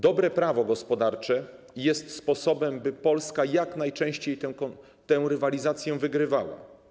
Dobre prawo gospodarcze jest sposobem, by Polska jak najczęściej tę rywalizację wygrywała.